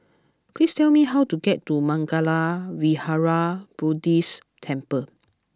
please tell me how to get to Mangala Vihara Buddhist Temple